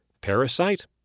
Parasite